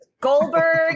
Goldberg